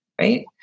right